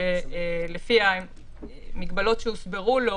שלפי המגבלות שהוסברו לו,